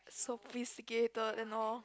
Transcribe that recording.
sophisticated and all